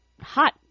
hot